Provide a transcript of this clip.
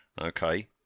Okay